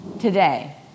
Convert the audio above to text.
today